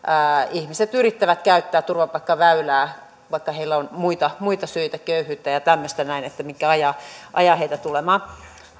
ihmiset yrittävät käyttää turvapaikkaväylää vaikka heillä on muita muita syitä köyhyyttä ja ja tämmöistä näin mikä ajaa ajaa heitä tulemaan